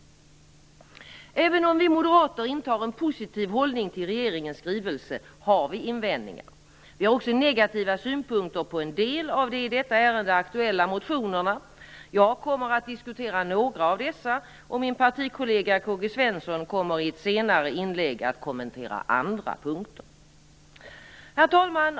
Även om vi moderater intar en positiv hållning till regeringens skrivelse har vi invändningar. Vi har också negativa synpunkter på en del av de i detta ärende aktuella motionerna. Jag kommer att diskutera några av dessa, och min partikollega Karl-Gösta Svenson kommer i ett senare inlägg att kommentera andra punkter. Herr talman!